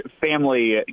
family